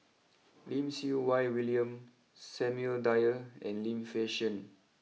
Lim Siew Wai William Samuel Dyer and Lim Fei Shen